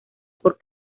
por